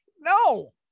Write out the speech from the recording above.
No